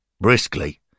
Briskly